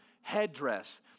headdress